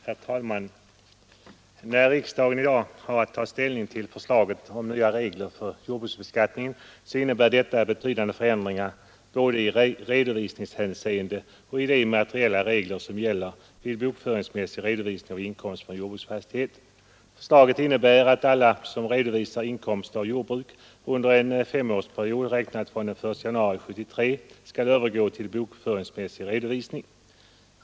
Herr talman! När riksdagen i dag har att ta ställning till förslaget om nya regler för jordbruksbeskattningen innebär detta betydande förändringar både i redovisningshänseende och i de materiella regler som gäller vid bokföringsmässig redovisning av inkomst från jordbruksfastighet. Förslaget innebär att alla som redovisar inkomster av jordbruk under en femårsperiod räknat från den 1 januari 1973 skall övergå till bokföringsmässig redovisning.